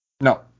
No